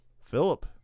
Philip